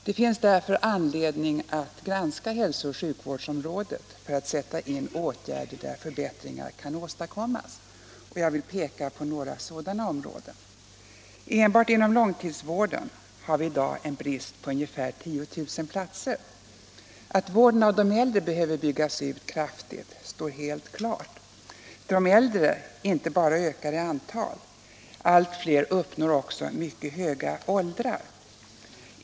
Det finns därför anledning att granska hälso och sjukvårdsområdet för att sätta in åtgärder där förbättringar kan åstadkommas. Jag vill peka på några sådana områden. Enbart inom långtidsvården har vi i dag en brist på ungefär 10 000 platser. Att vården av de äldre behöver byggas ut kraftigt står helt klart. De äldre inte bara ökar i antal, allt fler uppnår också mycket höga åldrar.